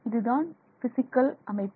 இதுதான் பிஸிக்கல் அமைப்பு